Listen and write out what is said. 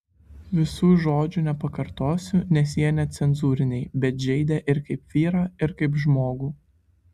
visų žodžių nepakartosiu nes jie necenzūriniai bet žeidė ir kaip vyrą ir kaip žmogų